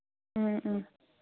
ꯎꯝ ꯎꯝ